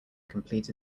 complete